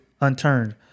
unturned